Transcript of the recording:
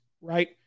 right